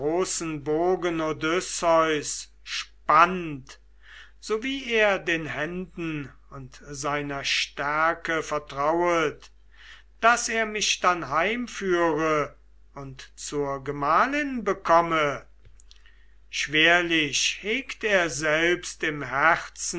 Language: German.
spannt so wie er den händen und seiner stärke vertrauet daß er mich dann heimführe und zur gemahlin bekomme schwerlich heget er selbst im herzen